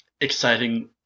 exciting